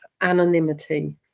anonymity